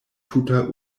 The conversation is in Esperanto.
tuta